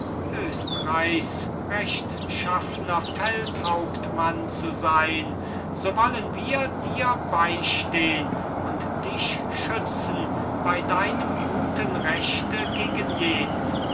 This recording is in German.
östreichs rechtschaffner feldhauptmann zu sein so wollen wir dir beistehn und dich schützen bei deinem guten rechte gegen jeden